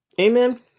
Amen